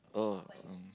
oh um